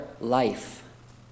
life